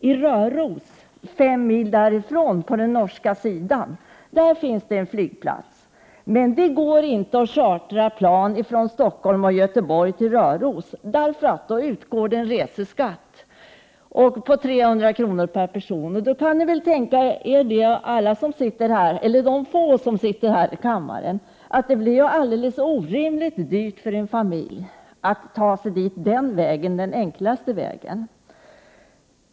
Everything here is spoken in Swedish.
I Röros, fem mil därifrån på den norska sidan, finns en flygplats, men det går inte att chartra plan från Stockholm och Göteborg till Röros, eftersom det då tas ut en reseskatt om 300 kr. per person. De få ledamöter som sitter här i kammaren inser att det blir orimligt dyrt för en familj att ta sig dit den vägen, dvs. den enklaste vägen.